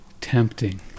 tempting